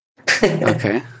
okay